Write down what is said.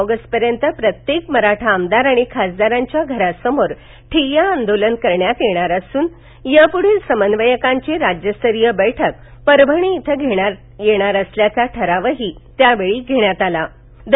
ऑगस्टपर्यंत प्रत्येक मराठा आमदार आणि खासदारांच्या घरासमोर ठिय्या आंदोलन करण्यात येणार असुन यापुढील समन्वयकांची राज्यस्तरीय बैठक परभणी इथं घेण्यात येणार असल्याचा ठरावही घेण्यात आला असल्याचं या वेळी सांगण्यात आलं